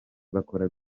bakora